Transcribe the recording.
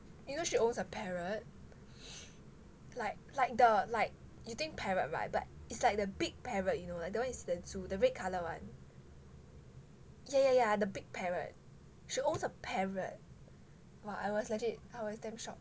you know she own a parrot like like the like you think parrot [right] but it's like the big parrot you know like the one you see in the zoo the red color one ya ya ya the big parrot she own a parrot !wah! I was legit I was damn shocked